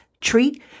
treat